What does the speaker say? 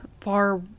far